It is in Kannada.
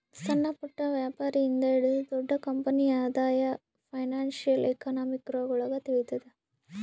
ಸಣ್ಣಪುಟ್ಟ ವ್ಯಾಪಾರಿ ಇಂದ ಹಿಡಿದು ದೊಡ್ಡ ಕಂಪನಿ ಆದಾಯ ಫೈನಾನ್ಶಿಯಲ್ ಎಕನಾಮಿಕ್ರೊಳಗ ತಿಳಿತದ